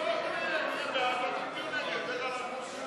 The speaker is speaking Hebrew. התשע"ו 2016, נתקבלה.